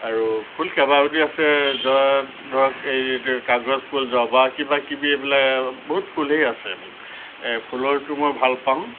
আৰু ফুল কেইবাবিধো আছে ধৰক এইটো কাগজ ফুল জবা কিবাকিবি এইবিলাক বহুত ফুলেই আছে মোৰ ফুলৰতো মই ভাল পাওঁ